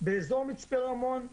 באזור מצפה רמון,